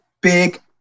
Big